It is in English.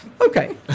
Okay